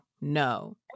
No